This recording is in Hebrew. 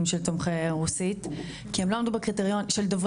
של דוברי רוסית כי הם לא עמדו בקריטריונים,